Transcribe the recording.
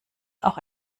auch